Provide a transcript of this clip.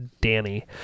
Danny